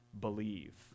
believe